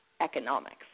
economics